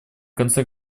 конце